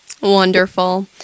Wonderful